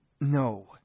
No